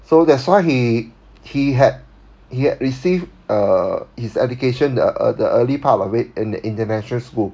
so that's why he he had he received uh his education uh the early part of it in the international school